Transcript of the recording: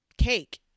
Cake